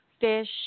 fish